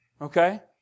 okay